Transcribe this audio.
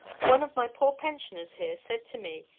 one of my poor pensioners here said to me,